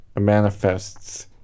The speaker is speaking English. manifests